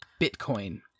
Bitcoin